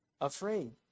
afraid